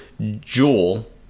Jewel